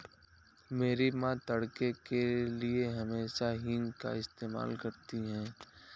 मेरी मां तड़के के लिए हमेशा हींग का इस्तेमाल करती हैं